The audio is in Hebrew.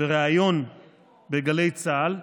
בריאיון בגלי צה"ל,